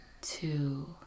two